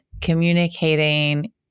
communicating